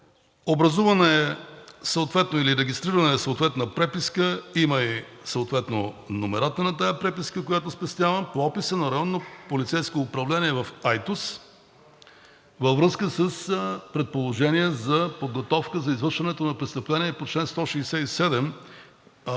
Образувана е или е регистрирана съответна преписка, имам съответно номерата на тази преписка, която спестявам, по описа на Районно полицейско управление в Айтос във връзка с предположение за подготовка за извършването на престъпление по чл.